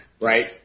Right